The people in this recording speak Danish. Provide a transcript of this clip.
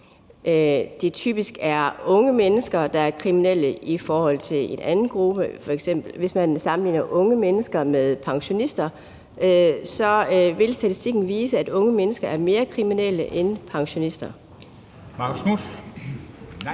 det typisk er unge mennesker, der er kriminelle, i forhold til en anden gruppe. Hvis man f.eks sammenligner unge mennesker med pensionister, vil statistikken vise, at unge mennesker er mere kriminelle end pensionister. Kl.